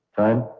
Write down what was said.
time